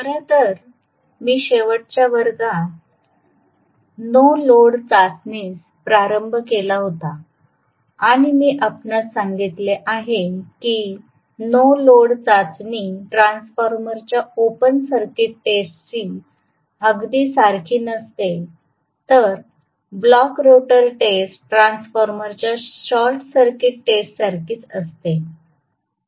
खरं तर मी शेवटच्या वर्गात नो लोड चाचणीस प्रारंभ केला होता आणि मी आपणास सांगितले आहे की नो लोड चाचणी ट्रान्सफॉर्मरच्या ओपन सर्किट टेस्टशी अगदी सारखी नसते तर ब्लॉक रोटर टेस्ट ट्रान्सफॉर्मरच्या शॉर्ट सर्किट टेस्ट सारखीच असते